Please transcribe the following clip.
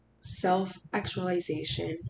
self-actualization